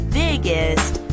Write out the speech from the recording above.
biggest